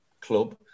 club